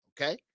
Okay